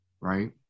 right